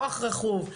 כוח רכוב,